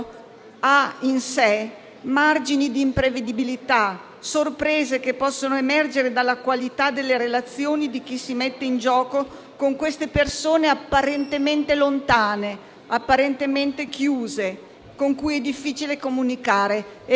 ha in sé margini di imprevedibilità, sorprese che possono emergere dalla qualità delle relazioni di chi si mette in gioco con queste persone apparentemente lontane, apparentemente chiuse, con le quali è difficile comunicare.